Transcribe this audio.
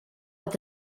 with